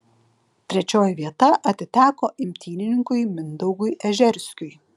trečioji vieta atiteko imtynininkui mindaugui ežerskiui